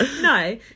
No